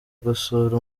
gusura